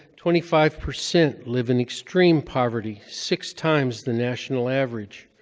twenty five percent live in extreme poverty, six times the national average.